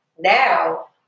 now